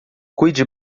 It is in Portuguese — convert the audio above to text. cuide